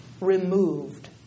removed